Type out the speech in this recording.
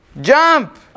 jump